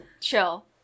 Chill